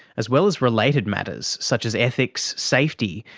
as well as related matters such as ethics, safety,